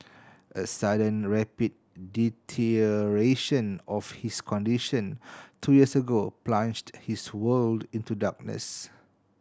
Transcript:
a sudden rapid deterioration of his condition two years ago plunged his world into darkness